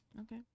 Okay